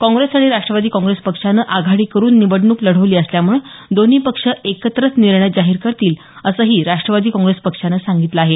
काँग्रेस आणि राष्टवादी काँग्रेस पक्षानं आघाडी करुन निवडणूक लढवली असल्यामुळे दोन्ही पक्ष एकत्रच निर्णय जाहीर करतील असंही राष्ट्रवादी काँग्रेस पक्षानं सांगितलं आहे